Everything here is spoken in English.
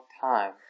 time